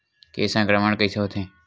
के संक्रमण कइसे होथे?